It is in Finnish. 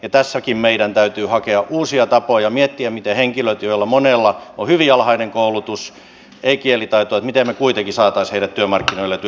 ja tässäkin meidän täytyy hakea uusia tapoja miettiä miten me saisimme henkilöt joilla monella on hyvin alhainen koulutus ei kielitaitoa kuitenkin työmarkkinoille ja työllistettyä